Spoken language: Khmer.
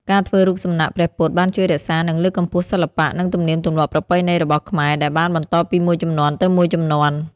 ការធ្វើរូបសំណាកព្រះពុទ្ធបានជួយរក្សានិងលើកកម្ពស់សិល្បៈ និងទំនៀមទម្លាប់ប្រពៃណីរបស់ខ្មែរ ដែលបានបន្តពីមួយជំនាន់ទៅមួយជំនាន់។